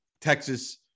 Texas